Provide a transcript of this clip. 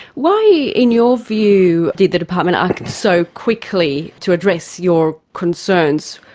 why, in your view, did the department act so quickly to address your concerns?